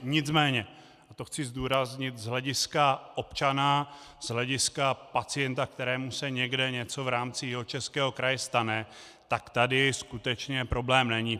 Nicméně, a to chci zdůraznit z hlediska občana, z hlediska pacienta, kterému se někde něco v rámci Jihočeského kraje stane, tak tady skutečně problém není.